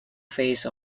phase